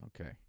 Okay